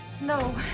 No